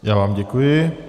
Já vám děkuji.